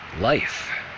life